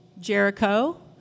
Jericho